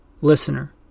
Listener